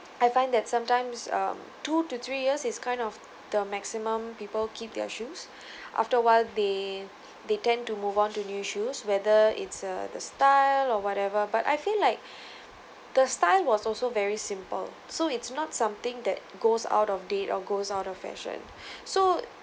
I find that sometimes um two to three years is kind of the maximum people keep their shoes after awhile they they tend to move on to new shoes whether it's uh the style or whatever but I feel like the style was also very simple so it's not something that goes out of date or goes out of fashion so